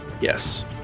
yes